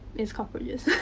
is cockroaches.